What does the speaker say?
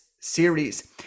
series